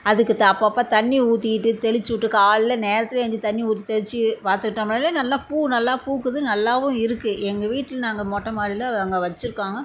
அதுக்கு த அப்பப்போ தண்ணி ஊற்றிக்கிட்டு தெளிச்சு விட்டு காலைல நேரத்தில் எழுந்துருச்சி தண்ணி ஊற்றி தெளிச்சு பார்த்துக்கிட்டோம்னாலே நல்லா பூ நல்லா பூக்குது நல்லாவும் இருக்குது எங்கள் வீட்டில் நாங்கள் மொட்டை மாடியில் அங்கே வச்சுருக்கோங்க